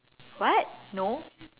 what no